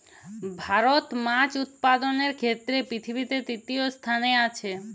ভারত মাছ উৎপাদনের ক্ষেত্রে পৃথিবীতে তৃতীয় স্থানে আছে